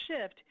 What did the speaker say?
shift